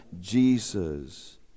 Jesus